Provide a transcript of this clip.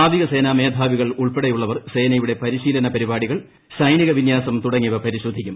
നാവികസേന മേധാവികൾ ഉൾപ്പെടെയുള്ളവർ സേനയുടെ പരിശീലന പരിപാടികൾ സൈനികവിന്യാസം തുടങ്ങിയവ പരിശോധിക്കും